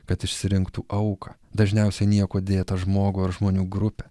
kad išsirinktų auką dažniausiai niekuo dėtą žmogų ar žmonių grupę